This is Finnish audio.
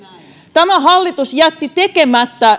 tämä hallitus jätti tekemättä